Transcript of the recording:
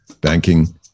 banking